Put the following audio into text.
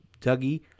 Dougie